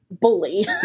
bully